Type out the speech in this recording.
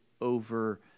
over